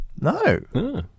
No